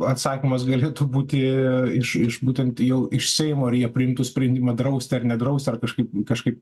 atsakymas galėtų būti iš iš būtent jau iš seimo ir jie priimtų sprendimą drausti ar nedrausti ar kažkaip kažkaip